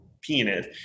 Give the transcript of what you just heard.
penis